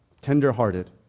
tender-hearted